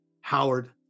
Howard